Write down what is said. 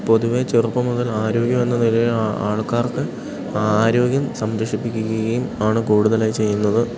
പൊതുവെ ചെറുപ്പം മുതൽ ആരോഗ്യം എന്ന നിലയിൽ ആൾക്കാർക്ക് ആരോഗ്യം സംരക്ഷിപ്പിക്കുകയും ആണ് കൂടുതലായി ചെയ്യുന്നത്